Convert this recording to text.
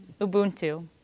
Ubuntu